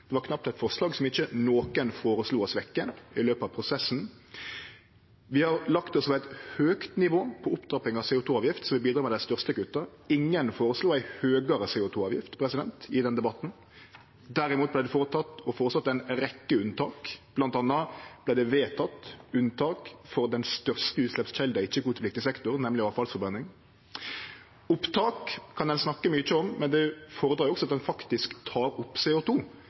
Det var knapt eit forslag som ikkje nokon føreslo å svekkje i løpet av prosessen. Vi har lagt oss på eit høgt nivå på opptrapping av CO 2 -avgift, som vil bidra med dei største kutta. Ingen føreslo ei høgare CO 2 -avgift i den debatten. Derimot vart det føreteke og føreslått ei rekkje unntak, bl.a. vart det vedteke unntak for den største utsleppskjelda i ikkje-kvotepliktig sektor, nemleg avfallsforbrenning. Opptak kan ein snakke mykje om, men det fordrar at ein faktisk tek opp CO 2 , og